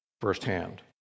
firsthand